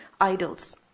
idols